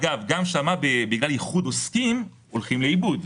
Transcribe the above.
אגב, גם שם בגלל איחוד עוסקים הולכים לאיבוד.